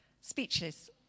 Speechless